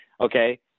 okay